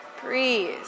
Breathe